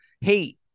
hate